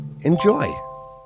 Enjoy